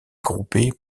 groupés